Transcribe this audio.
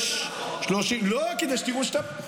אתה מחזיר אותנו 20 שנה אחורה?